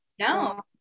No